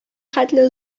хәтле